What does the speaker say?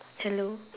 hello